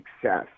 success